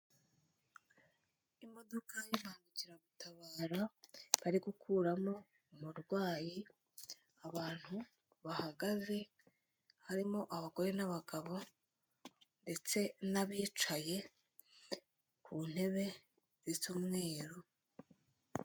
Imodoka y'imbangukiragutabara bari gukuramo umurwayi, abantu bahagaze harimo abagore n'abagabo ndetse n'abicaye ku ntebe z'isa umweru.